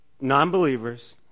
non-believers